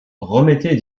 remettez